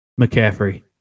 McCaffrey